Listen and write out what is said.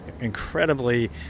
incredibly